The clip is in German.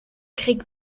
krieg